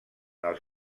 els